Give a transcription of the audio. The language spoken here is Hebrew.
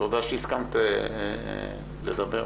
שהסכמת לדבר.